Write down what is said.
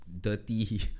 Dirty